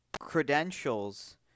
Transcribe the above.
credentials